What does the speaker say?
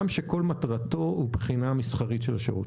גם שכל מטרתו היא בחינה מסחרית של השעות.